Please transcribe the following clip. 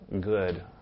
good